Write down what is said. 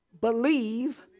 believe